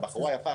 בחורה יפה,